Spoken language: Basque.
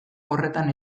horretan